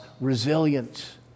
resilient